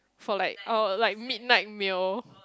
for like uh like midnight meal